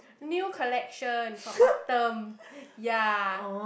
new collection for Autumn ya